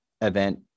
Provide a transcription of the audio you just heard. event